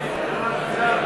להצבעה.